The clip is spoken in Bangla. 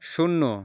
শূন্য